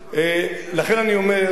לכן אני אומר,